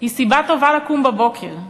היא סיבה טובה לקום בבוקר,